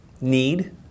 need